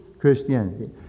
Christianity